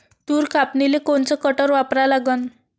तूर कापनीले कोनचं कटर वापरा लागन?